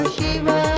Shiva